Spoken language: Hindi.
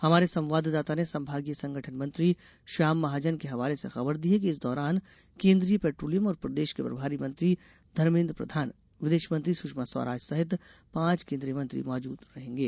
हमारे संवाददाता ने संभागीय संगठन मंत्री श्याम महाजन के हवाले से खबर दी है कि इस दौरान केन्द्रीय पेट्रोलियम और प्रदेश के प्रभारी मंत्री धर्मेन्द्र प्रधान विदेश मंत्री सुषमा स्वराज सहित पांच केन्द्रीय मंत्री मौजूद रहेंगे